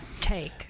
take